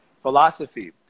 philosophy